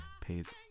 pays